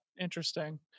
interesting